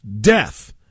death